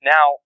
Now